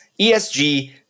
ESG